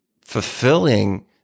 fulfilling